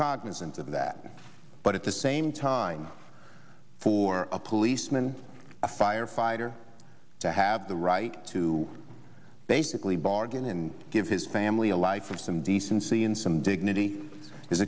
cognizance of that but at the same time for a policeman a firefighter to have the right to basically bargain and give his family a life of some decency and some dignity is